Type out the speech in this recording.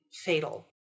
fatal